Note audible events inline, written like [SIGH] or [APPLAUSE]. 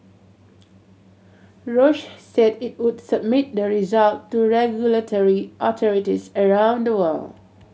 [NOISE] Roche said it would submit the result to regulatory [UNINTELLIGIBLE] around the world